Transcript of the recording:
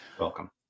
Welcome